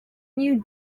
you